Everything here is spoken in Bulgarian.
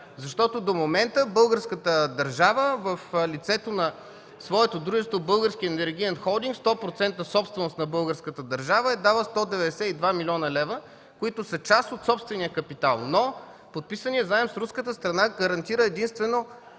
До момента българската държава в лицето на своето дружество „Български енергиен холдинг” – 100% собственост на българската държава, е дала 192 млн. лв., които са част от собствения капитал, но подписаният заем с руската страна гарантира единствено